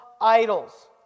idols